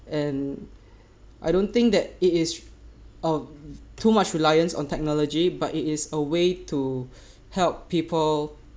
and I don't think that it is um too much reliance on technology but it is a way to help people